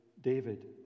David